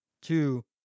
Two